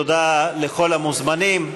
תודה לכל המוזמנים.